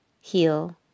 heal